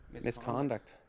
Misconduct